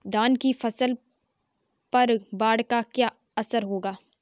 धान की फसल पर बाढ़ का क्या असर होगा?